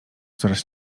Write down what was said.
coraz